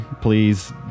please